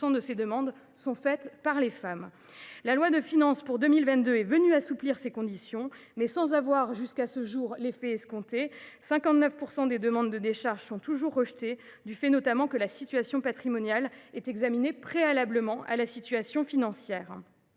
de ces demandes sont émises par les femmes. La loi de finances pour 2022 est venue assouplir ces conditions, mais sans avoir eu l’effet escompté à ce jour. Ainsi, 59 % des demandes de décharge sont toujours rejetées, du fait notamment que la situation patrimoniale est examinée avant la situation financière.